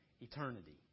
eternity